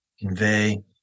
convey